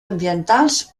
ambientals